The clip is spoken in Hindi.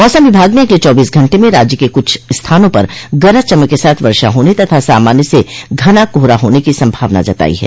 मौसम विभाग ने अगले चौबीस घंटे में राज्य के कुछ स्थानों पर गरज चमक के साथ वर्षा होने तथा सामान्य से घना कोहरा होने की संभावना जतायी है